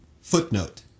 Footnote